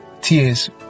tears